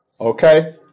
okay